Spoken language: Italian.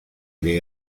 dei